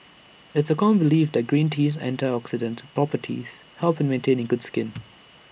it's A common belief that green tea's antioxidant properties help in maintaining good skin